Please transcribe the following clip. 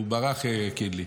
הוא ברח, קינלי.